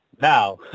Now